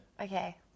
Okay